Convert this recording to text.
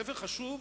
ספר חשוב,